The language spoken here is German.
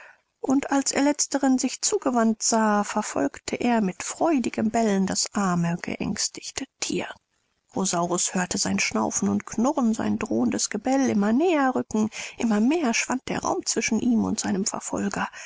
und als er letzteren sich zugewendet sah verfolgte er mit freudigem bellen das arme geängstete thier rosaurus hörte sein schnaufen und knurren sein drohendes gebell immer näher rücken immer mehr schwand der raum zwischen ihm und seinem verfolger